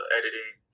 editing